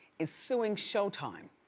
is suing showtime